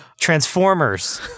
Transformers